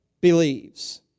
believes